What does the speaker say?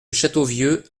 châteauvieux